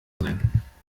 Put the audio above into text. sein